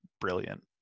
brilliant